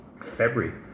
February